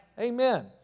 Amen